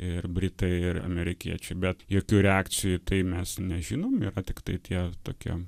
ir britai ir amerikiečiai bet jokių reakcijų tai mes nežinom yra tiktai tie tokie